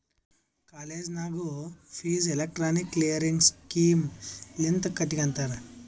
college ನಾಗೂ fees electronic clearing system ಲಿಂತೆ ಕಟ್ಗೊತ್ತಾರ್